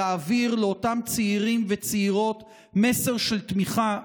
להעביר לאותם צעירים וצעירות מסר של תמיכה,